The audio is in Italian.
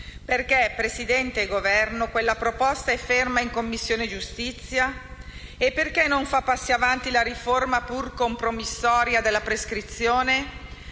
Perché - Presidente e Governo - quella proposta è ferma in Commissione giustizia? Perché non fa passi in avanti la riforma, pur compromissoria, della prescrizione?